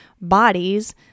bodies